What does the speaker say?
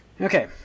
Okay